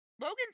Logan's